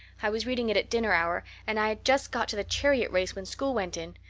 i was reading it at dinner hour, and i had just got to the chariot race when school went in.